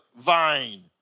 vine